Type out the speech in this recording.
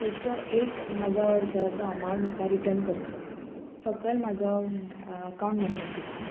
खंयचो एक म्हाजो रिचार्जाचो अमावंट म्हाका रिटन करचो सकयल म्हाजो अकाउंट नंबर दिला